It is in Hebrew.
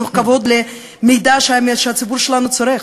מתוך כבוד למידע שהציבור שלנו צורך.